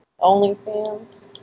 OnlyFans